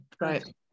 Right